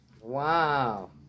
Wow